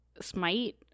smite